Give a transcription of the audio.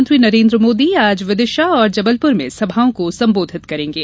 प्रधानमंत्री नरेन्द्र मोदी आज विदिशा और जबलपुर में सभाओं को सम्बोधित करेंगे